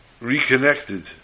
reconnected